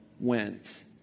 went